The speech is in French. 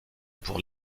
pour